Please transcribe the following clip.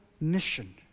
mission